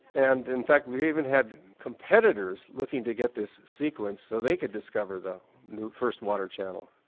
and in fact we even had competitors looking to get this sequence so they could discover the new first water channel.